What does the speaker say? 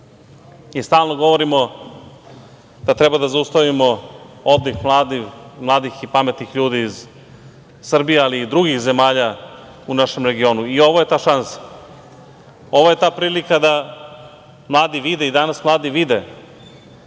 nas. Stalno govorimo da treba da zaustavimo odliv mladih i pametnih ljudi iz Srbije, ali i drugih zemalja u našem regionu. Ovo je ta šansa. Ovo je ta prilika da mladi vide i danas mladi vide,